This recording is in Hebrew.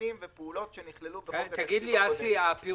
חיוניים ופעולות שנכללו בחוק התקציב הקודם.